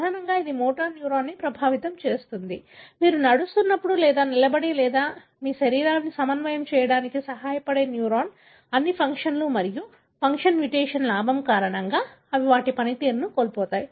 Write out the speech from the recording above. ప్రధానంగా ఇది మోటార్ న్యూరాన్ను ప్రభావితం చేస్తుంది మీరు నడుస్తున్నప్పుడు లేదా నిలబడి లేదా మీ శరీరాన్ని సమన్వయం చేయడానికి సహాయపడే న్యూరాన్ అన్ని ఫంక్షన్లు మరియు ఫంక్షన్ మ్యుటేషన్ లాభం కారణంగా అవి వాటి పనితీరును కోల్పోతాయి